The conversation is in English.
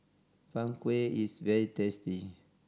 Png Kueh is very tasty